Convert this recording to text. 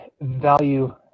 value